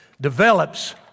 develops